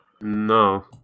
No